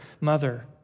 mother